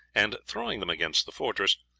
and throwing them against the fortress,